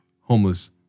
homeless